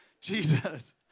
Jesus